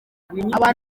abantu